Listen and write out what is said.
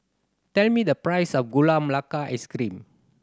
tell me the price of Gula Melaka Ice Cream